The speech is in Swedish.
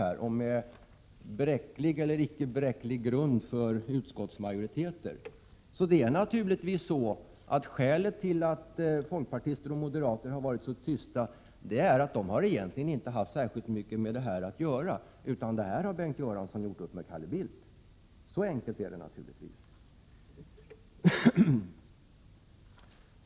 Oavsett om det föreligger bräcklig eller icke bräcklig grund för utskottsmajoriteter, så är naturligtvis skälet till att folkpartister och moderater varit så tysta att de egentligen inte haft särskilt mycket med det här att göra, utan detta har Bengt Göransson kommit överens om med Calle Bildt. Så enkelt är det naturligtvis.